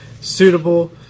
suitable